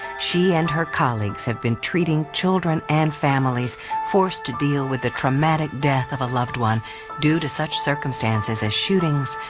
she and her colleagues have been treating children and families forced to deal with the traumatic death of a loved one due to such circumstances as shootings,